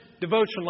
devotion